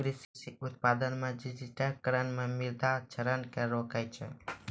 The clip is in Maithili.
कृषि उत्पादन मे डिजिटिकरण मे मृदा क्षरण के रोकै छै